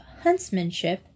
huntsmanship